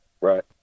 Right